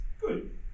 good